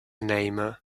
namer